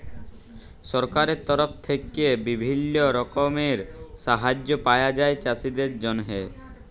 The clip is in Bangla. সরকারের তরফ থেক্যে বিভিল্য রকমের সাহায্য পায়া যায় চাষীদের জন্হে